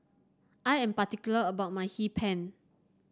I am particular about my Hee Pan